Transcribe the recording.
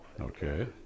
okay